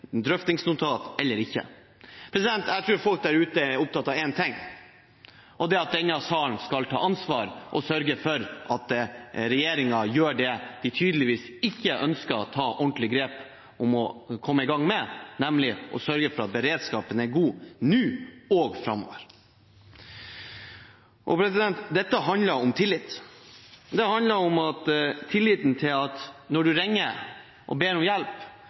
eller ikke. Jeg tror folk der ute er opptatt av én ting, og det er at denne salen skal ta ansvar og sørge for at regjeringen gjør det de tydeligvis ikke ønsker å ta ordentlig grep om og komme i gang med, nemlig å sørge for at beredskapen er god – nå og framover. Dette handler om tillit. Det handler om tilliten til at når man ringer og ber om hjelp,